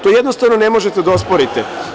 To jednostavno ne možete da osporite.